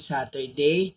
Saturday